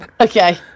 okay